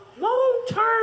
long-term